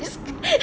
please